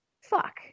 fuck